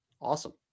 Awesome